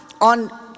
on